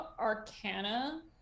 arcana